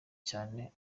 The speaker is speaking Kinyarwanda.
cyane